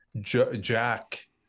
Jack